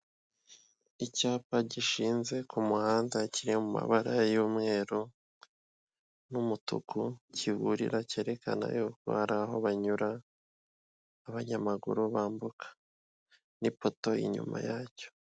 Icyapa gishinze ku muhanda kiri mumabara y'umweru n'umutuku kiburira cyerekana y'uko hari aho banyura abanyamaguru bambuka n'ipoto inyuma yacyo.